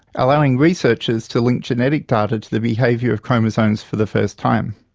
allowing researchers to link genetic data to the behaviour of chromosomes for the first time.